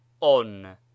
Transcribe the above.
on